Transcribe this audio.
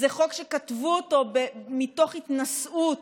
זה חוק שכתבו אותו מתוך התנשאות,